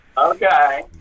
okay